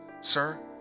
Sir